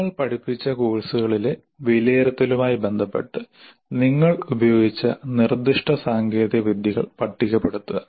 നിങ്ങൾ പഠിപ്പിച്ച കോഴ്സുകളിലെ വിലയിരുത്തലുമായി ബന്ധപ്പെട്ട് നിങ്ങൾ ഉപയോഗിച്ച നിർദ്ദിഷ്ട സാങ്കേതികവിദ്യകൾ പട്ടികപ്പെടുത്തുക